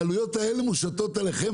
העלויות האלה מושתות עליכם,